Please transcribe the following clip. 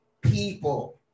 people